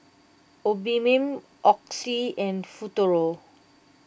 Obimin Oxy and Futuro